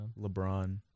LeBron